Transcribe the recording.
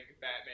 batman